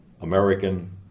American